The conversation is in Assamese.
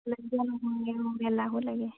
অঁ এলাহো লাগে